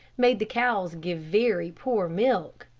made the cows give very poor milk,